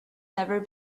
never